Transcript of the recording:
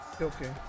Okay